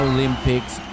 Olympics